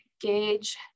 gauge